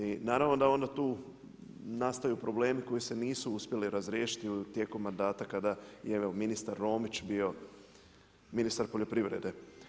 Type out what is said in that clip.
I naravno da onda tu nastaju problemi koji se nisu uspjeli razriješiti tijekom mandata kada evo i ministar Romić bio ministar poljoprivrede.